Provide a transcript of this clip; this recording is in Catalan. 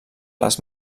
les